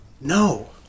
no